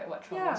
ya